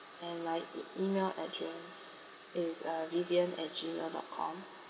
and like e~ email address is uh vivian at gmail dot com